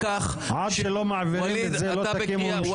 עד שלא מעבירים את זה לא תקימו ממשלה?